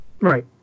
Right